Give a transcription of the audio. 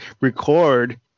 record